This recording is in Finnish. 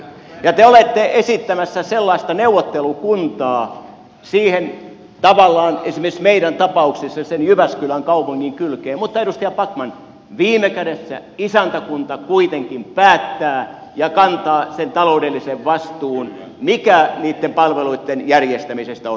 te olette esittämässä sellaista neuvottelukuntaa siihen tavallaan esimerkiksi meidän tapauksessamme sen jyväskylän kaupungin kylkeen mutta edustaja backman viime kädessä isäntäkunta kuitenkin päättää ja kantaa sen taloudellisen vastuun mikä niitten palveluitten järjestämisestä on